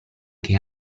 che